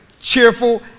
cheerful